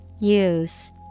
Use